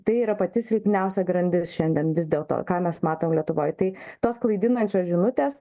tai yra pati silpniausia grandis šiandien vis dėlto ką mes matom lietuvoj tai tos klaidinančios žinutės